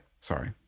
sorry